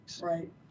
Right